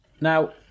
Now